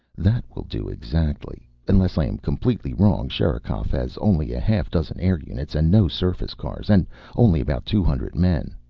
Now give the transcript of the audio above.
that will do exactly. unless i am completely wrong, sherikov has only a half-dozen air units and no surface cars. and only about two hundred men.